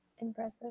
impressive